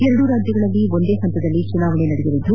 ಎರಡೂ ರಾಜ್ಯಗಳಲ್ಲಿ ಒಂದೇ ಹಂತದಲ್ಲಿ ಚುನಾವಣೆ ಆಗಲಿದ್ದು